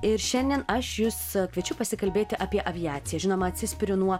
ir šiandien aš jus kviečiu pasikalbėti apie aviaciją žinoma atsispiriu nuo